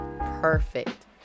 perfect